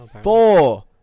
Four